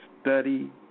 study